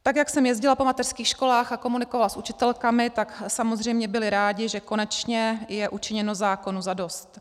Tak jak jsem jezdila po mateřských školách a komunikovala s učitelkami, tak samozřejmě byly rády, že konečně je učiněno zákonu zadost.